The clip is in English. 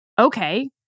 okay